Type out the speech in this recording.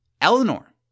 Eleanor